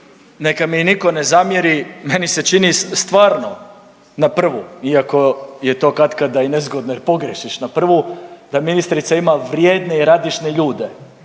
Neka mi niko ne zamjeri meni se čini stvarno na prvu, iako je to katkada nezgodno jer pogriješiš na prvu da ministrica ima vrijedne i radišne ljude,